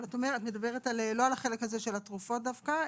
את לא מדברת על החלק הזה של התרופות דווקא,